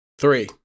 Three